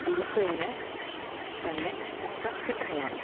ദിവസേന തന്നെ മുട്ട കിട്ടുന്നതാണ്